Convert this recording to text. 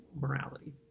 morality